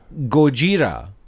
Gojira